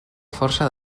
força